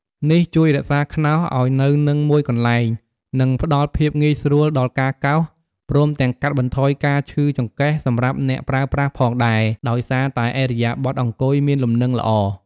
នេះជួយរក្សាខ្នោសឲ្យនៅនឹងមួយកន្លែង និងផ្តល់ភាពងាយស្រួលដល់ការកោស ព្រមទាំងកាត់បន្ថយការឈឺចង្កេះសម្រាប់អ្នកប្រើប្រាស់ផងដែរ ដោយសារតែឥរិយាបថអង្គុយមានលំនឹងល្អ។